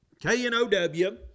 K-N-O-W